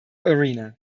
arena